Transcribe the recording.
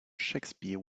shakespeare